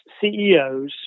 CEOs